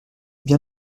bien